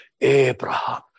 Abraham